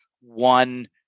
one